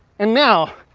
and now.